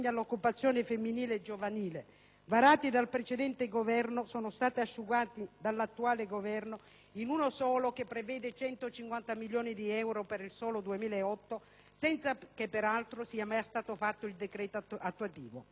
varati dal precedente Governo sono stati asciugati dall'attuale Governo e convogliati in uno solo, che prevede 150 milioni di euro per il solo 2008, senza che peraltro sia mai stato fatto il decreto attuativo. Al danno si aggiunge la beffa!